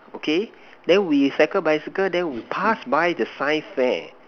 okay then we cycle bicycle then we pass by the science fair